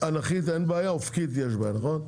שאנכית אין בעיה, אופקית יש בעיה נכון?